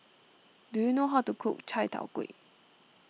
do you know how to cook Chai Tow Kuay